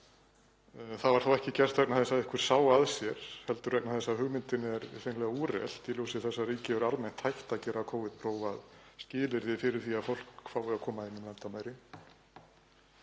Það var þó ekki gert vegna þess að einhver sá að sér heldur vegna þess að hugmyndin er hreinlega úrelt í ljósi þess að ríki eru almennt hætt að gera Covid-próf að skilyrði fyrir því að fólk fái að koma inn um landamæri.